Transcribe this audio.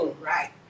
Right